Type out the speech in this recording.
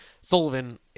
Sullivan